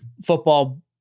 Football